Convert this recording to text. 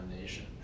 nation